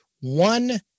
one